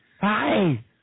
Hi